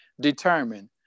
determined